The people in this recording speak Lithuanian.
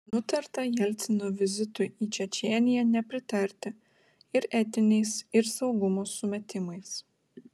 nutarta jelcino vizitui į čečėniją nepritarti ir etiniais ir saugumo sumetimais